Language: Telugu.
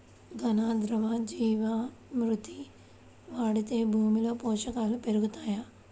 ఘన, ద్రవ జీవా మృతి వాడితే భూమిలో పోషకాలు పెరుగుతాయా?